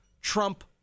Trump